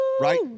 right